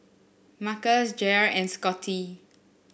Marcus Jair and Scotty